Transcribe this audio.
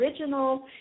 original